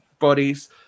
bodies